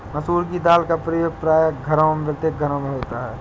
मसूर की दाल का प्रयोग प्रायः प्रत्येक घर में होता है